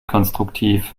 konstruktiv